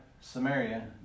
Samaria